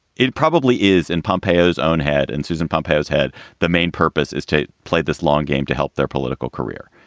it probably is in pompeii, his own head. and susan pumphouse had the main purpose is to play this long game to help their political career.